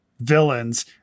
villains